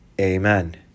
Amen